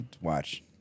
watch